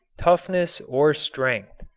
toughness or strength.